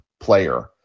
Player